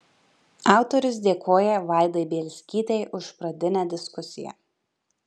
autorius dėkoja vaidai bielskytei už pradinę diskusiją